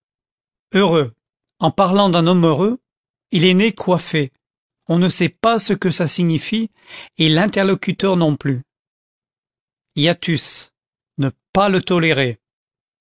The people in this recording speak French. heureux en parlant d'un homme heureux il est né coiffé on ne sait pas ce que ça signifie et l'interlocuteur non plus hiatus ne pas le tolérer